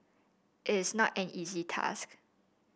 it is not an easy task